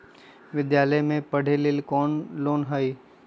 विद्यालय में पढ़े लेल कौनो लोन हई?